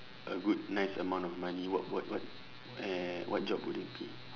a good nice amount of money what what what uh what job would it be